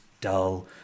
dull